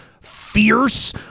fierce